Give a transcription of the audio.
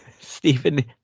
Stephen